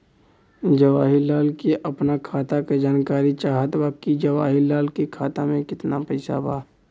जवाहिर लाल के अपना खाता का जानकारी चाहत बा की जवाहिर लाल के खाता में कितना पैसा बा?